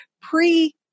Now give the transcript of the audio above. pre